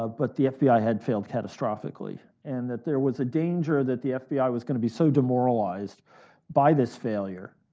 ah but the fbi had failed catastrophically. and that there was a danger that the fbi was going to be so demoralized by this failure